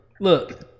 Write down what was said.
look